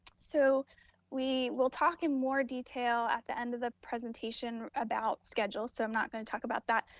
so we will talk in more detail at the end of the presentation about schedules, so i'm not gonna talk about that,